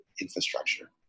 infrastructure